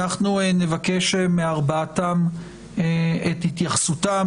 אנחנו נבקש מארבעתם את התייחסותם.